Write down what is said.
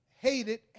hated